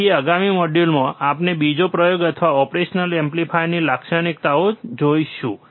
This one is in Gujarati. તેથી આગામી મોડ્યુલમાં આપણે બીજો પ્રયોગ અથવા ઓપરેશનલ એમ્પ્લીફાયરની અન્ય લાક્ષણિકતાઓ જોઇશું